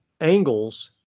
angles